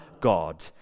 God